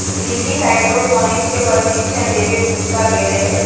lily hydroponics के प्रशिक्षण लेवे पूसा गईलय